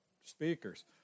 speakers